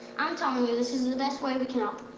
i'm telling you this is the best way we can help.